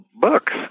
books